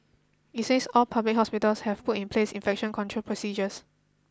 it says all public hospitals have put in place infection control procedures